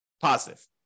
positive